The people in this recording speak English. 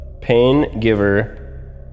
Pain-Giver